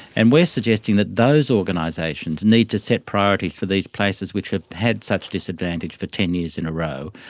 and we are suggesting that those organisations need to set priorities for these places which have had such disadvantage for ten years in a row,